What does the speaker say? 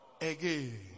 again